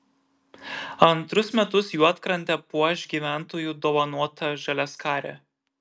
antrus metus juodkrantę puoš gyventojų dovanota žaliaskarė